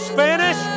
Spanish